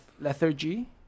lethargy